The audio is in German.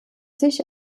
sich